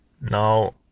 now